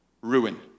ruin